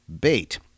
bait